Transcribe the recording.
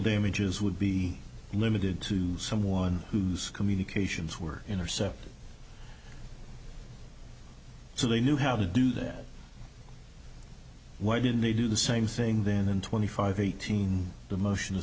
damages would be limited to someone whose communications were intercepted so they knew how to do that why didn't they do the same thing then twenty five eighteen the motion to